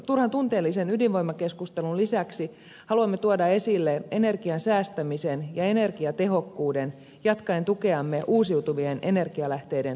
turhan tunteellisen ydinvoimakeskustelun lisäksi haluamme tuoda esille energiansäästämisen ja energiatehokkuuden jatkaen tukeamme uusiutuvien energialähteiden tuottamalle energialle